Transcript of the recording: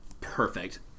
perfect